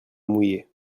mouillé